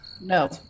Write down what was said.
no